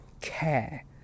care